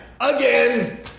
Again